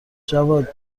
جواد